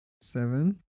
Seven